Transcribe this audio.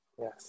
Yes